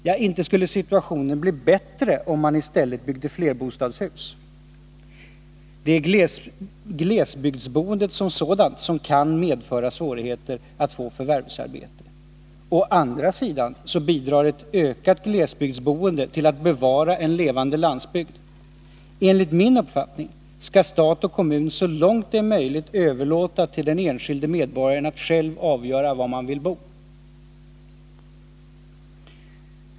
Ja, inte skulle situationen bli bättre om man i stället byggde flerbostadshus. Det är glesbygdsboendet som sådant som kan medföra svårigheter att få förvärvsarbete. Å andra sidan bidrar ett ökat glesbygdsboende till att bevara en levande landsbygd. Enligt min uppfattning skall stat och kommun så långt det är möjligt överlåta till den enskilde medborgaren att själv avgöra var han vill bo.